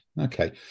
okay